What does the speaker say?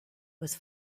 was